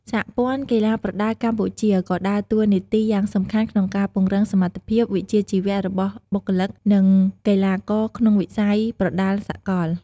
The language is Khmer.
សហព័ន្ធកីឡាប្រដាល់កម្ពុជា ក៏ដើរតួនាទីយ៉ាងសំខាន់ក្នុងការពង្រឹងសមត្ថភាពវិជ្ជាជីវៈរបស់បុគ្គលិក និងកីឡាករក្នុងវិស័យប្រដាល់សកល។